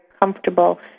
comfortable